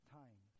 time